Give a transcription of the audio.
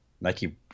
Nike